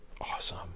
Awesome